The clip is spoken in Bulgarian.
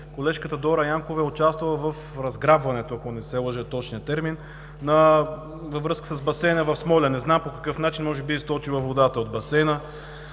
колежката Дора Янкова е участвала в разграбването, ако не се лъжа в термина, във връзка с басейна в Смолян. Не знам по какъв начин – може би е източила водата от басейна.